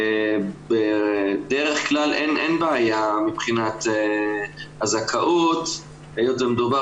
בדרך כלל אין בעיה מבחינת הזכאות היות שמדובר